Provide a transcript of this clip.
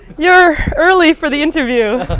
you're early for the interview